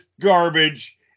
garbage